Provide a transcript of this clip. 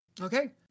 Okay